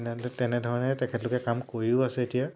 তেনে তেনেধৰণে তেখেতলোকে কাম কৰিও আছে এতিয়া